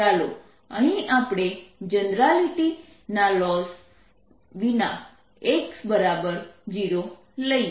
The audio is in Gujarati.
ચાલો અહીં આપણે જનરાલિટી ના કઈ લોસ વિના x0 લઈએ